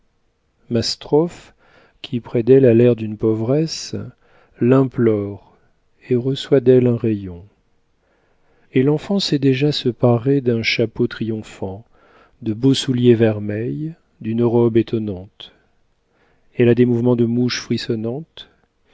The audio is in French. ma strophe qui près d'elle a l'air d'une pauvresse l'implore et reçoit d'elle un rayon et l'enfant sait déjà se parer d'un chapeau triomphant de beaux souliers vermeils d'une robe étonnante elle a des mouvements de mouche